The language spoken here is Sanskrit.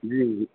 जी